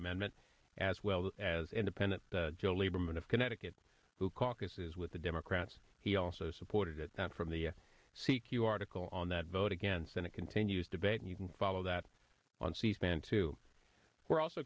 amendment as well as independent joe lieberman of connecticut who caucuses with the democrats he also supported it from the c q article on that vote against and it continues debate you can follow that on c span too we're also